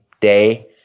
day